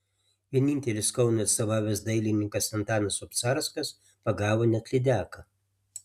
vienintelis kaunui atstovavęs dailininkas antanas obcarskas pagavo net lydeką